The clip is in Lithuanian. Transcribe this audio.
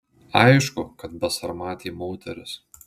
aišku kad besarmatė moteris